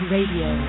Radio